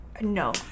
No